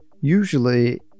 usually